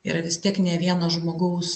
yra vis tiek ne vieno žmogaus